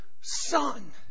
Son